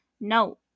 no